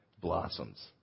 blossoms